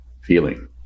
feeling